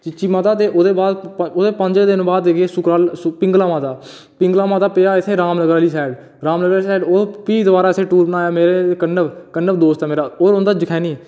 चीची माता ते ओह्दे बाद पंज दिनें बाद गे सुकराला माता पिंगला माता पिंगला माता पेआ इत्थै रामनगर आह्ली साईड रामनगर आह्ली साईड फ्ही दबारा टूर बनाया असें कनव दोस्त ऐ मेरा ओह् रौंह्दा जखैनी